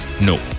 no